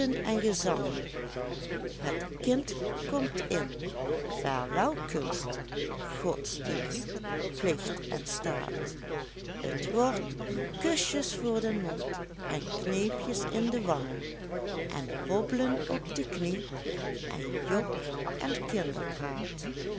en gezangen het kind komt in vaarwel kunst godsdienst plicht en staat t wordt kusjes voor den mond en kneepjes in de wangen en hobblen op de knie en jok en